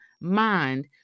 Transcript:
mind